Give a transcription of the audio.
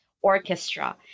orchestra